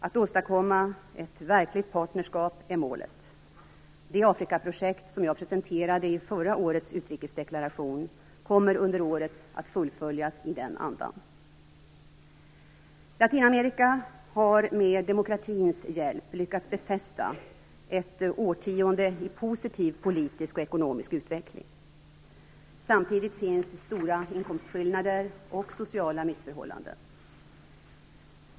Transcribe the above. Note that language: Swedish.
Att åstadkomma ett verkligt partnerskap är målet. Det Afrikaprojekt som jag presenterade i förra årets utrikesdeklaration kommer under året att fullföljas i den andan. Latinamerika har med demokratins hjälp lyckats befästa ett årtionde i positiv politisk och ekonomisk utveckling. Samtidigt finns stora inkomstskillnader och sociala missförhållanden.